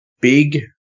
big